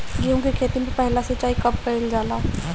गेहू के खेती मे पहला सिंचाई कब कईल जाला?